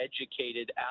educated